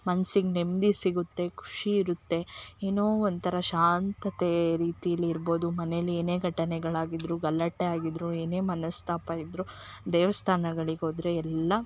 ಮನ್ಸಿಗೆ ನೆಮ್ದಿ ಸಿಗುತ್ತೆ ಖುಷಿ ಇರುತ್ತೆ ಏನೋ ಒಂಥರ ಶಾಂತತೇ ರೀತಿಲಿ ಇರ್ಬೋದು ಮನೆಲಿ ಏನೇ ಘಟನೆಗಳ್ ಆಗಿದ್ರು ಗಲಾಟೆ ಆಗಿದ್ರು ಏನೇ ಮನಸ್ತಾಪ ಇದ್ರು ದೇವಸ್ಥಾನಗಳಿಗೆ ಹೋದ್ರೆ ಎಲ್ಲ